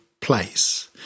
place